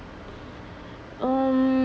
um